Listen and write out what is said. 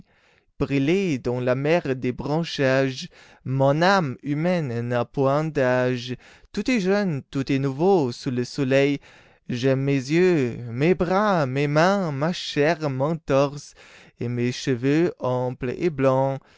briller dans la mer des branchages mon âme humaine n'a point d'âge tout est jeune tout est nouveau sous le soleil j'aime mes yeux mes bras mes mains ma chair mon torse et mes cheveux amples et blonds